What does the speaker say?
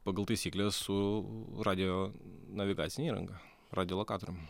pagal taisykles su radijo navigacine įranga radiolokatorium